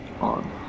on